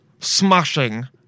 Smashing